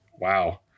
wow